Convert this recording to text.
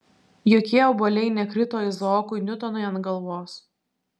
jokie obuoliai nekrito izaokui niutonui ant galvos